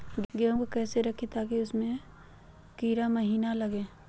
गेंहू को कैसे रखे ताकि उसमे कीड़ा महिना लगे?